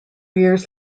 years